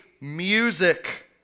music